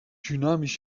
tsunami’s